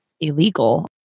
illegal